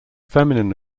feminine